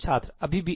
छात्र अभी भी एक